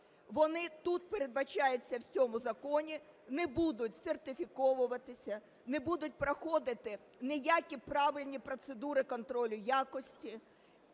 вони тут, передбачаються в цьому законі, не будуть сертифікуватися, не будуть проходити ніякі правильні процедури контролю якості,